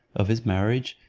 of his marriage,